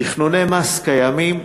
תכנוני מס קיימים,